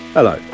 Hello